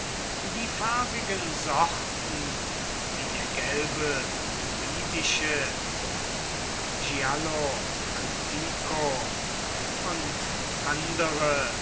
die farbigen sorten wie der gelbe numidische giallo antico und andere